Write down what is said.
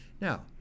now